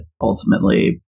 ultimately